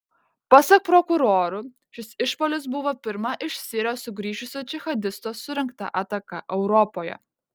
pasak prokurorų šis išpuolis buvo pirma iš sirijos sugrįžusio džihadisto surengta ataka europoje